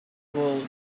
world